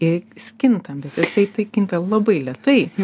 ir jis kinta bet jisai tai kinta labai lėtai